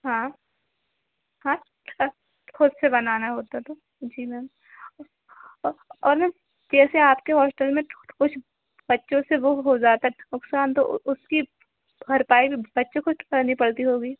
हाँ हाँ ख़ुद से बनाना होता तो जी मैम और और मैम कैसे आपके हॉस्टल में कुछ बच्चों से वह हो जाता नुक़सान तो उसकी भरपाई भी बच्चों को करनी पड़ती होगी